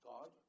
God